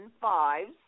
fives